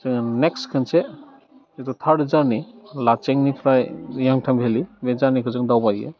जोङो नेक्स्त खनसे जिथु थार्ड जारनि लाटसेंनिफ्राय नायाटां भेलि बे जारनिखौ जों दावबायो